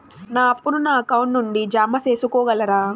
నా అప్పును నా అకౌంట్ నుండి జామ సేసుకోగలరా?